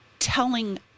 Telling